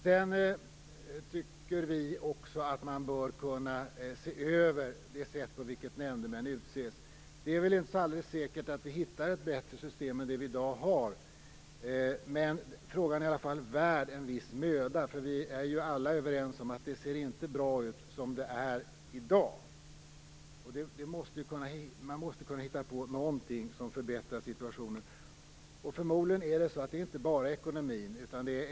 Vi tycker nog också att man bör kunna se över det sätt på vilket nämndemän utses. Det är nog inte alldeles säkert att vi hittar ett system som är bättre än det som vi i dag har. Frågan är i alla fall värd att ägnas viss möda. Vi är ju alla överens om att det, som det är i dag, inte ser bra ut. Man måste kunna hitta på något som förbättrar situationen. Förmodligen handlar det inte bara om ekonomin.